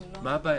הבעיה?